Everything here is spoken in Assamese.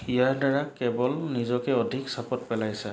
ইয়াৰ দ্বাৰা কেৱল নিজকে অধিক চাপত পেলাইছা